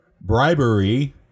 Bribery